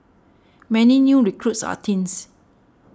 many new recruits are teens